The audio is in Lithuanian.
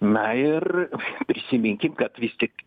na ir prisiminkim kad vis tik